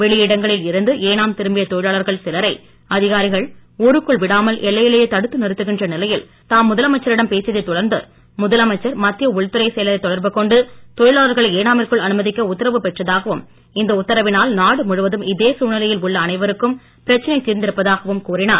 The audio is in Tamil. வெளியிடங்களில் இருந்து ஏனாம் திரும்பிய தொழிலாளர்கள் சிலரை அதிகாரிகள் ஊருக்குள் விடாமல் எல்லையிலேயே தடுத்து நிறுத்துகின்ற நிலையில் தாம் முதலமைச்சரிடம் பேசியதைத் தொடர்ந்து முதலமைச்சர் மத்திய உள்துறை செயலரைத் தொடர்பு கொண்டு தொழிலாளர்களை ஏனாமிற்குள் அனுமதிக்க உத்தரவு பெற்றதாகவும் இந்த உத்தரவினால் நாடு முழுவதும் இதே சூழ்நிலையில் உள்ள அனைவருக்கும் பிரச்சனை தீர்ந்திருப்பதாகவும் கூறினார்